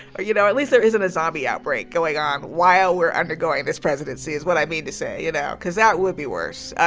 or, you know, at least there isn't a zombie outbreak going on while we're undergoing this presidency is what i mean to say, you know, cause that would be worse.